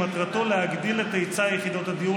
שמטרתו להגדיל את היצע יחידות הדיור